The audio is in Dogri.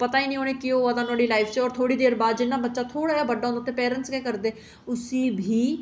पता निं उ'नें गी केह् होआ दा नुहाड़ी लाईफ च थोह्ड़ी देर बाद जि'यां बच्चा थोह्ड़ा बड्डा होंदा इन्ने चिर ते पेरैंट्स गै करदे उसी बी